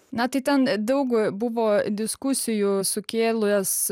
na tai ten daug buvo diskusijų sukėlęs